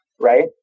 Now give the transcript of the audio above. Right